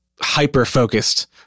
hyper-focused